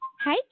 Hi